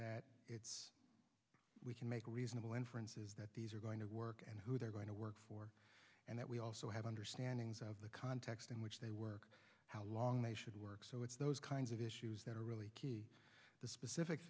that we can make reasonable inferences that these are going to work and who they're going to work for and that we also have understanding's of the context in which they work how long they should work so it's those kinds of issues that are really the specific